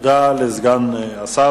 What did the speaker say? תודה לסגן שר